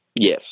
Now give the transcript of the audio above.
Yes